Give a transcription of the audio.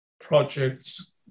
projects